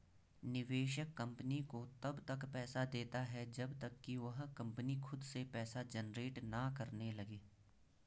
निवेशक कंपनी को तब तक पैसा देता है जब तक कि वह कंपनी खुद से पैसा जनरेट ना करने लगे